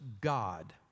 God